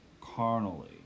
carnally